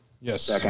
Yes